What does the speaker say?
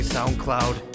SoundCloud